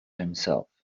himself